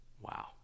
Wow